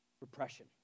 repression